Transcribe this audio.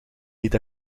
niet